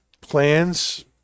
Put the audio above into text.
plans